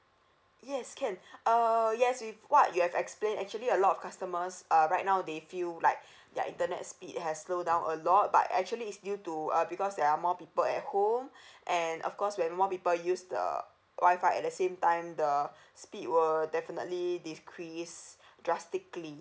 yes can uh yes with what you have explained actually a lot of customers uh right now they feel like their internet speed has slow down a lot but actually is due to uh because there are more people at home and of course when more people use the wi-fi at the same time the speed will definitely decrease drastically